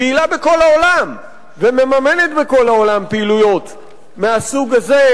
פעילה בכל העולם ומממנת בכל העולם פעילויות מהסוג הזה,